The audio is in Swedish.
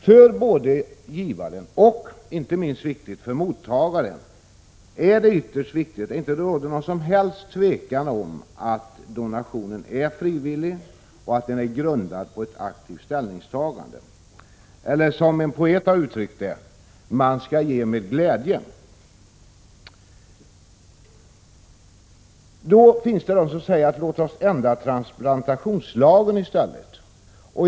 För både givaren och — detta är inte minst viktigt — för mottagaren är det ytterst viktigt att det inte råder något som helst tvivel om att donationen är frivillig och att den är grundad på ett aktivt ställningstagande. Eller som en poet har uttryckt det: Man skall ge med glädje. Låt oss då ändra transplantationslagen, säger en del.